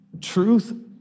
Truth